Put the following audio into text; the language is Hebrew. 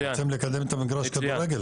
אתם רוצים לקדם את מגרש הכדורגל,